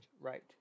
right